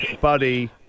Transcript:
buddy